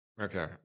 Okay